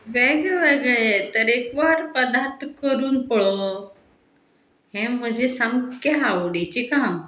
वेगळे वेगळे तरेकवार पदार्थ करून पळोवप हें म्हजें सामकें आवडीचें काम